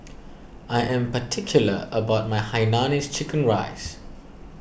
I am particular about my Hainanese Chicken Rice